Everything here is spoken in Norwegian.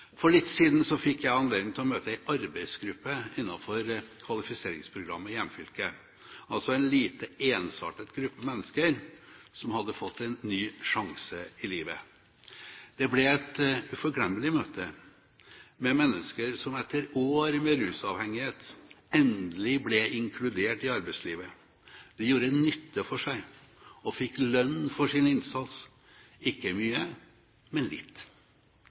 For litt siden fikk jeg anledning til å møte en arbeidsgruppe innenfor kvalifiseringsprogrammet i hjemfylket – altså en lite ensartet gruppe mennesker som hadde fått en ny sjanse i livet. Det ble et uforglemmelig møte med mennesker som etter år med rusavhengighet endelig ble inkludert i arbeidslivet. De gjorde nytte for seg og fikk lønn for sin innsats – ikke mye, men litt.